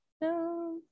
No